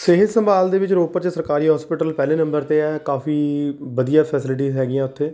ਸਿਹਤ ਸੰਭਾਲ ਦੇ ਵਿੱਚ ਰੋਪੜ 'ਚ ਸਰਕਾਰੀ ਹੋਸਪੀਟਲ ਪਹਿਲੇ ਨੰਬਰ 'ਤੇ ਹੈ ਕਾਫੀ ਵਧੀਆ ਫੈਸਿਲਟੀਜ਼ ਹੈਗੀਆਂ ਉੱਥੇ